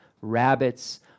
rabbits